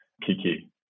Kiki